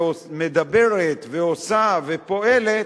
שמדברת, ועושה, ופועלת,